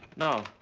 no,